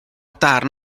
darn